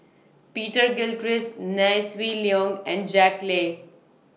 Peter Gilchrist Nai Swee Leng and Jack Lai